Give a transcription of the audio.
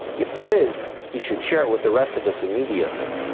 if there is, he should share with the rest of us immediately.